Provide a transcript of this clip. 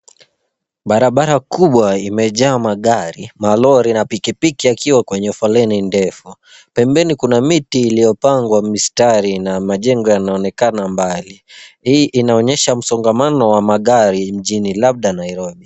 Barabara kubwa imejaa magari, malori na pikipiki ikiwa kwa foleni ndefu, pembeni kuna miti iliyopangwa mistari, naa majengo inaonekana mbali. Hii inaonyesha msongamano wa magari jijini, labda Nairobi.